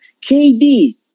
KD